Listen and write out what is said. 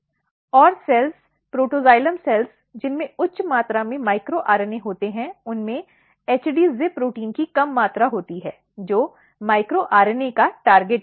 और कोशिकाएं प्रोटोक्साइलम कोशिकाएं जिनमें उच्च मात्रा में माइक्रो आरएनए होते हैं उनमें HD ZIP प्रोटीन की कम मात्रा होती है जो माइक्रो आरएनए का टारगेट है